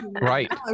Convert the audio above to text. right